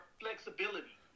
flexibility